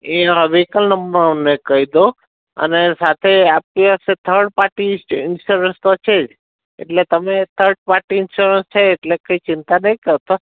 એ આ vehicle number મેં કહી દો અને સાથે આપણી પાસે થર્ડ પાર્ટી ઈન્સ્યોરન્સ તો છે જ એટલે તમે થર્ડ પાર્ટી ઈન્સ્યોરન્સ છે એટલે કંઈ ચિંતા નહીં કરતાં